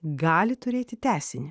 gali turėti tęsinį